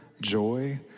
joy